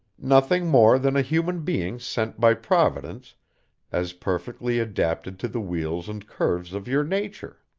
nothing more than a human being sent by providence as perfectly adapted to the wheels and curves of your nature.